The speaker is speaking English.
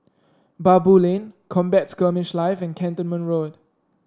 Baboo Lane Combat Skirmish Live and Cantonment Road